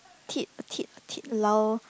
tip tip tip 老